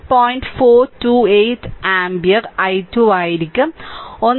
428 ampere i 2 ആയിരിക്കും 1